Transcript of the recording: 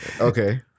Okay